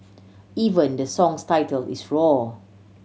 even the song's title is roar